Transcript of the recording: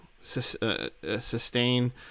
sustain